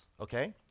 okay